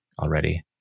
already